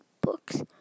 books